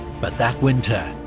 but that winter,